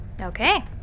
Okay